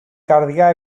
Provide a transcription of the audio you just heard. καρδιά